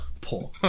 poor